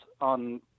on